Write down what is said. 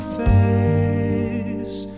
face